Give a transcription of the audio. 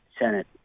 Senate